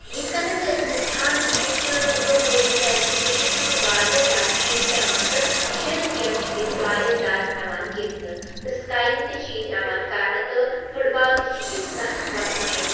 یِتھ کَنَتھ زِ أسۍ وٕچھان چھِ ییٚتہِ چھِ سٕنو بوڈِنٛگ کیٛاز کہِ کٔشیٖر منٛز چھِ وارِیاہ زیادٕ شیٖن پٮ۪وان تہٕ شیٖن گیم چھِ ییٚتہِ وارِیاہ زیادٕ یِوان گِنٛدنہٕ تہٕ سٕکایِنٛگ تہِ چھِ ییٚتہِ یِوان کَرنہٕ تہٕ فُٹ بال تہِ چھِ ییٚتہِ سَکھ مشہوٗر